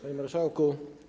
Panie Marszałku!